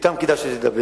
אתם כדאי שתדבר,